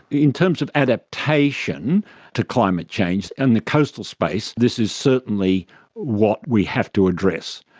in terms of adaptation to climate change and the coastal space, this is certainly what we have to address.